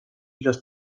los